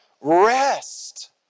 Rest